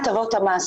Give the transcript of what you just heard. להלן הטבות המס,